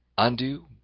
undo,